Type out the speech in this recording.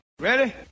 Ready